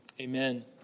amen